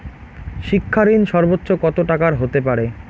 শিক্ষা ঋণ সর্বোচ্চ কত টাকার হতে পারে?